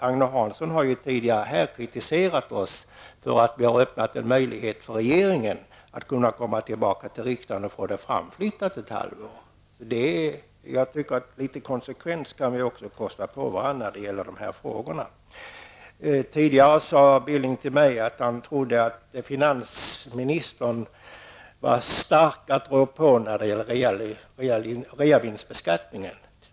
Agne Hansson har ju här tidigare kritiserat oss för att vi har öppnat en möjlighet för regeringen att komma tillbaka till riksdagen med en begäran om en framflyttning ett halvår i tiden. Jag tycker dock att vi borde kunna kosta på oss att vara litet konsekventa när vi bemöter varandra i dessa frågor. Tidigare sade Knut Billing till mig att han trodde att finansministern var väl stark att rå på när det gäller reavinstbeskattningen.